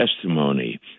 Testimony